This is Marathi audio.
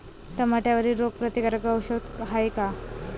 टमाट्यावरील रोग प्रतीकारक औषध हाये का?